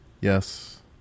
Yes